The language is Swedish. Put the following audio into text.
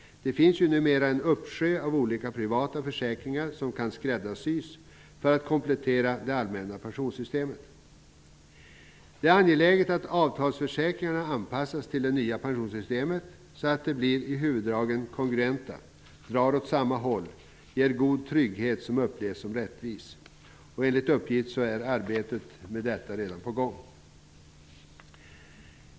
Det finns ju numera en uppsjö av olika privata försäkringar som kan skräddarsys för att komplettera det allmänna pensionssystemet. Det är angeläget att avtalsförsäkringarna anpassas till det nya pensionssystemet så att de i huvuddragen blir kongruenta, drar åt samma håll och ger en god trygghet som upplevs som rättvis. Enligt uppgift är arbetet med detta redan på gång.